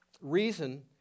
reason